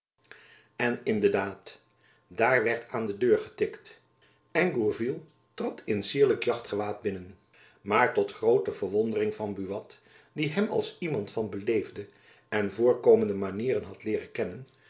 in de daad daar werd aan de deur getikt en gourville trad in cierlijk jachtgewaad binnen maar tot groote verwondering van buat die hem als iemand van beleefde en voorkomende manieren had leeren kennen